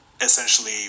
essentially